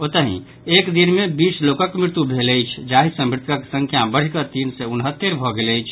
ओतहि एक दिन मे बीस लोकक मृत्यु भेल अछि जाहि सॅ मृतकक संख्या बढ़ि कऽ तीन सय उनहत्तरि भऽ गेल अछि